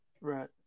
Right